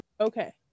Okay